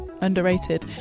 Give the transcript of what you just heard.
Underrated